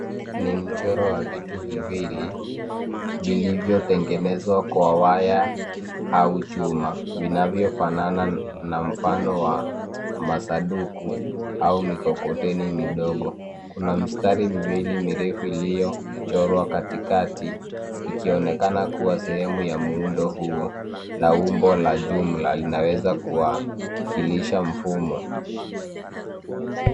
Ni mchoro wa vitu viwili, vilivyotengenezwa kwa waya au chuma, vinavyofanana na mfano wa masanduku au mikokoteni midogo. Kuna mistari miwili mirefu iliyochorwa katikati, ikionekana kuwa sehemu ya muundo huo na umbo la jumla linaweza kuwakilisha mfumo.